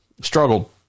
Struggled